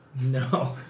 No